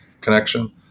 connection